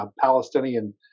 Palestinian